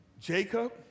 Jacob